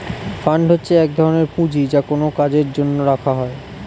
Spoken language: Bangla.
ফান্ড হচ্ছে এক ধরনের পুঁজি যা কোনো কাজের জন্য রাখা হয়